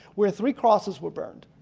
where three crosses were burned